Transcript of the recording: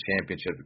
Championship